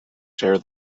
share